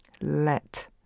Let